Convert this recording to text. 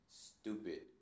stupid